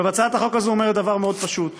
עכשיו, הצעת החוק הזו אומרת דבר פשוט מאוד.